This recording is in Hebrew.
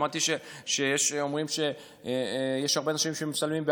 שמעתי שיש אומרים שיש הרבה אנשים שמשתלבים בהייטק.